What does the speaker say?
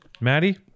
Maddie